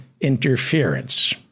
interference